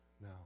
now